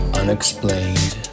unexplained